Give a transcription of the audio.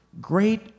great